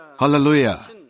Hallelujah